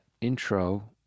intro